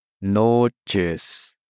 Noches